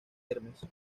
hermes